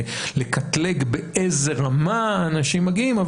לקטלג באיזה רמה האנשים מגיעים,